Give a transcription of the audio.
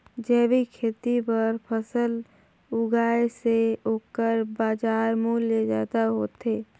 जैविक खेती बर फसल उगाए से ओकर बाजार मूल्य ज्यादा होथे